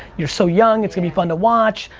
you're so young. it's gonna be fun to watch,